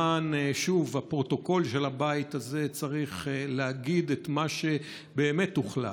למען הפרוטוקול של הבית הזה צריך להגיד את מה שבאמת הוחלט.